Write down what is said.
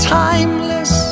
timeless